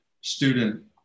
student